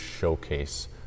showcase